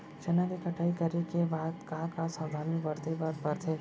चना के कटाई करे के बाद का का सावधानी बरते बर परथे?